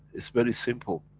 it's very simple.